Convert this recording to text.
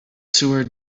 sewer